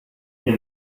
the